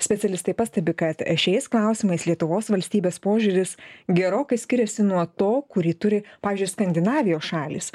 specialistai pastebi kad šiais klausimais lietuvos valstybės požiūris gerokai skiriasi nuo to kurį turi pavyzdžiui skandinavijos šalys